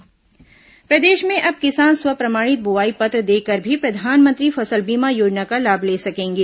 फसल बीमा योजना प्रदेश में अब किसान स्व प्रमाणित बोआई पत्र देकर भी प्रधानमंत्री फसल बीमा योजना का लाभ ले सकेंगे